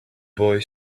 boy